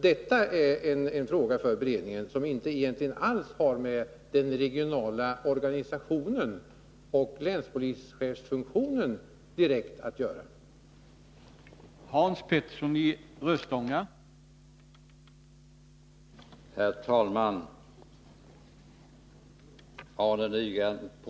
Detta är en fråga för beredningen och har egentligen inte alls med den regionala organisationen och länspolischefsfunktionen att göra nu.